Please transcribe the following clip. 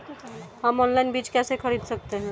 हम ऑनलाइन बीज कैसे खरीद सकते हैं?